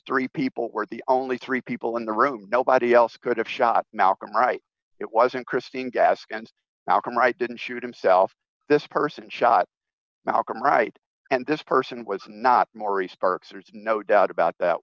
three people were the only three people in the room nobody else could have shot malcolm right it wasn't pristine gaskins album right didn't shoot himself this person shot malcolm right and this person was not maurice sparks there's no doubt about that